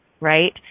right